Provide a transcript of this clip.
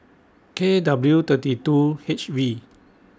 K W thirty two H V